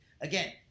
Again